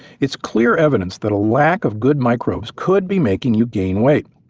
it's clear evidence that a lack of good microbes could be making you gain weight.